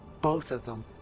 both of them!